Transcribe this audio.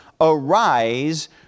Arise